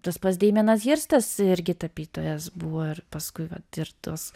tas pats demienas hirstas irgi tapytojas buvo ir paskui vat ir tos